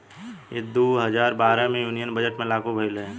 ई दू हजार बारह मे यूनियन बजट मे लागू भईल रहे